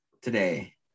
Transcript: today